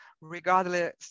regardless